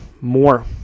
more